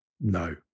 No